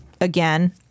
again